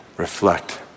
reflect